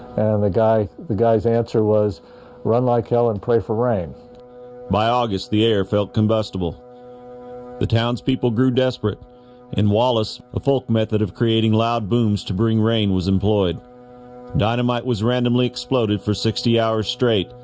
the guy the guys answer was run like hell and pray for rain by august the air felt combustible the townspeople grew desperate in wallace a folk method of creating loud booms to bring rain was employed dynamite was randomly exploded for sixty hours straight,